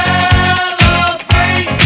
Celebrate